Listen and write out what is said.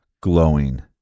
glowing